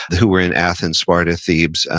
who were in athens, sparta, thebes,